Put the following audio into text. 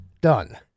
done